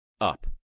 up